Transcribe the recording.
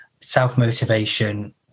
self-motivation